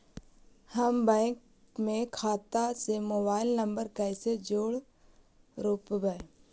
हम बैंक में खाता से मोबाईल नंबर कैसे जोड़ रोपबै?